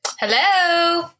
Hello